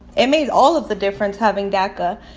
it made all of the difference, having daca.